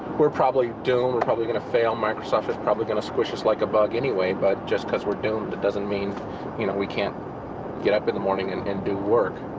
we're probably doomed, we're probably gonna fail microsoft is probably gonna squish us like bug anyway but just cause were doomed doesn't mean you know we cant get up in the morning and and do work